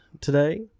today